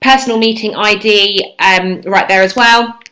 personal meeting id um right there as well.